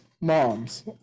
moms